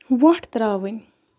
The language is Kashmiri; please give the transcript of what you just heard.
وۄٹھ ترٛاوٕنۍ